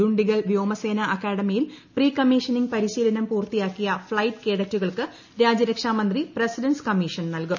ദുണ്ഡിഗൽ വ്യോമസേനാ അക്കാഡമിയിൽ പ്രീകമ്മീഷനിങ് പരിശീലനം പൂർത്തിയാക്കിയ ഫ്ലൈറ്റ് കേഡറ്റുകൾക്ക് രാജ്യരക്ഷാമന്ത്രി പ്രെസിഡെന്റ്സ് കമ്മീഷൻ നൽകും